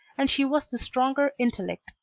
and she was the stronger intellect,